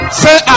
say